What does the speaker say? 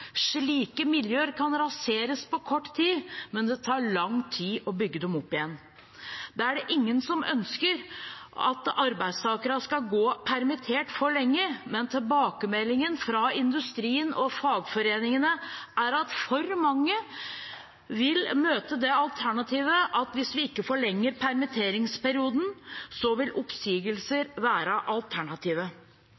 Slike miljøer kan raseres på kort tid, men det tar lang tid å bygge dem opp igjen. Det er ingen som ønsker at arbeidstakere skal gå permittert for lenge, men tilbakemeldingene fra industrien og fagforeningene er at for mange vil møte det alternativet at hvis vi ikke forlenger permitteringsperioden, vil oppsigelser